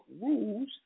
rules